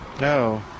No